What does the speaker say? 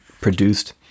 produced